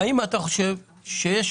האם אתה חושב שיש